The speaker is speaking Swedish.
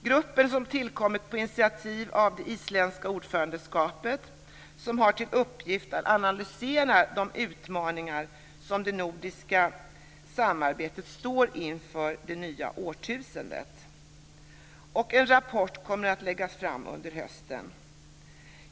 Gruppen, som tillkommit på initiativ av det isländska ordförandeskapet, har till uppgift att analysera de utmaningar som det nordiska samarbetet står inför i det nya årtusendet. En rapport kommer att läggas fram under hösten.